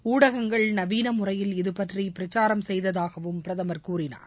ஊடகங்கள் நவீன முறையில் இதுபற்றி பிரச்சாரம் செய்ததாகவும் பிரதமர் கூறினார்